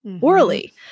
orally